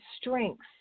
strengths